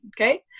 okay